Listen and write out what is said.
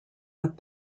but